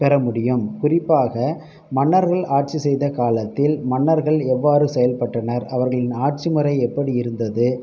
பெறமுடியும் குறிப்பாக மன்னர்கள் ஆட்சி செய்த காலத்தில் மன்னர்கள் எவ்வாறு செயல்பட்டனர் அவர்களின் ஆட்சிமுறை எப்படி இருந்தது